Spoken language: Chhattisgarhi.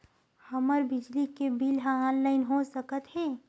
हमर बिजली के बिल ह ऑनलाइन हो सकत हे?